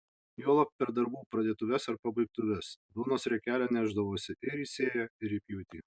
juolab per darbų pradėtuves ar pabaigtuves duonos riekelę nešdavosi ir į sėją ir į pjūtį